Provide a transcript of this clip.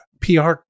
PR